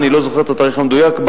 אני לא זוכר את התאריך המדויק,